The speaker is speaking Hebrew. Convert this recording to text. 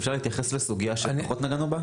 אפשר להתייחס לסוגיה שפחות נגענו בה?